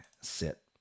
sit